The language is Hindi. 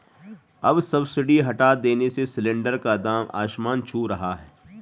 अब सब्सिडी हटा देने से सिलेंडर का दाम आसमान छू रहा है